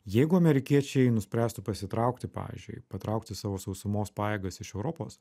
jeigu amerikiečiai nuspręstų pasitraukti pavyzdžiui patraukti savo sausumos pajėgas iš europos